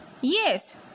Yes